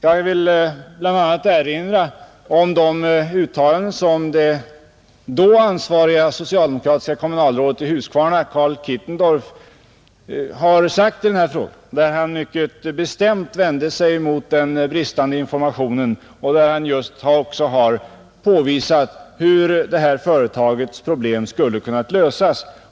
Jag vill erinra om de uttalanden som det då ansvariga socialdemokratiska kommunalrådet i Huskvarna Karl Kittendorff gjort i denna fråga, Han vände sig mycket bestämt mot den bristande informationen och påvisade hur detta företags problem skulle ha kunnat lösas.